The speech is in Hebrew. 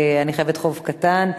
אני חייבת חוב קטן.